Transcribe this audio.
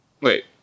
Wait